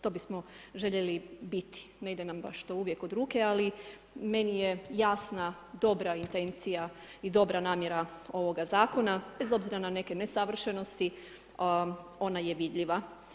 To bi smo željeli biti, ne ide nam baš uvijek od ruke, ali meni je jasna dobra intencija i dobra namjera ovoga zakona, bez obzira na neke nesavršenosti ona je vidljiva.